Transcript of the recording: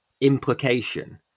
implication